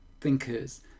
thinkers